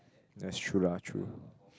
that's true lah true